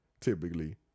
typically